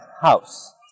house